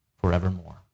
forevermore